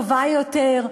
טובה יותר,